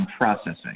processing